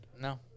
No